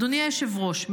אדוני היושב-ראש,